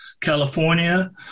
California